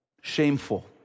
shameful